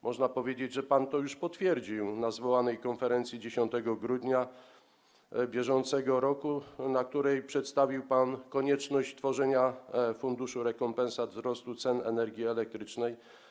Można powiedzieć, że pan to już potwierdził na zwołanej 10 grudnia br. konferencji, na której przedstawił pan konieczność utworzenia funduszu rekompensat wzrostu cen energii elektrycznej.